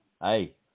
hey